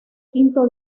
quinto